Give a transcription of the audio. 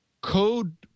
code